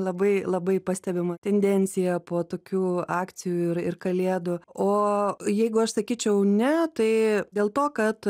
labai labai pastebima tendencija po tokių akcijų ir ir kalėdų o jeigu aš sakyčiau ne tai dėl to kad